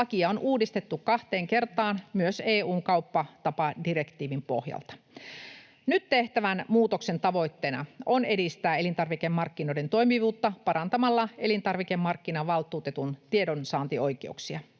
Lakia on uudistettu kahteen kertaan myös EU:n kauppatapadirektiivin pohjalta. Nyt tehtävän muutoksen tavoitteena on edistää elintarvikemarkkinoiden toimivuutta parantamalla elintarvikemarkkinavaltuutetun tiedonsaantioikeuksia.